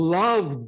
love